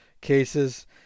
cases